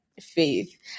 faith